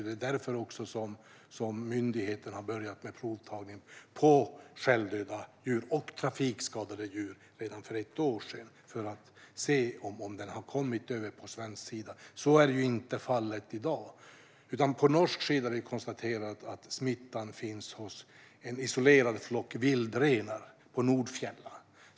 Det är också därför som myndigheten började med provtagning på självdöda djur och trafikskadade djur redan för ett år sedan för att se om sjukdomen har kommit över på svensk sida. Så är inte fallet i dag. På norsk sida har man konstaterat att smittan finns hos en isolerad flock vildrenar på Nordfjella.